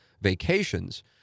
vacations